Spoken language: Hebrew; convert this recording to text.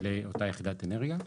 לאותה יחידת אנרגיה.